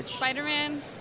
Spider-Man